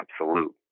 absolute